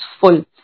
full